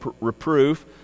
reproof